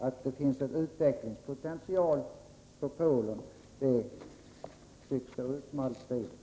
Att det finns en utvecklingspotential beträffande Polen tycks stå utom allt tvivel.